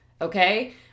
Okay